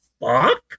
fuck